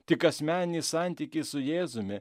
tik asmenį santykį su jėzumi